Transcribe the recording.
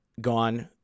gone